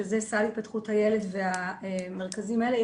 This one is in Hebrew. שזה סל התפתחות הילד והמרכזים האלה.